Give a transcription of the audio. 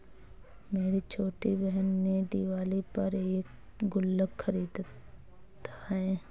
मेरी छोटी बहन ने दिवाली पर एक गुल्लक खरीदा है